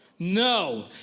No